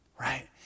right